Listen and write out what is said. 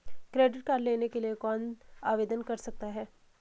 Credit card लेने के लिए कौन आवेदन कर सकता है?